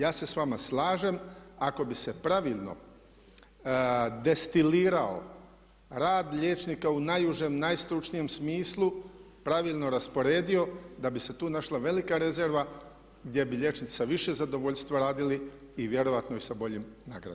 Ja se s vama slažem ako bi se pravilno destilirao rad liječnika u najužem, najstručnijem smislu pravilno rasporedio da bi se tu našla velika rezerva gdje bi liječnici sa više zadovoljstva radili i vjerojatno i sa boljim nagradama.